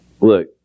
Look